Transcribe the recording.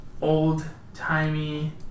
old-timey